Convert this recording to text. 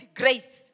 grace